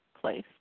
place